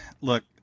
look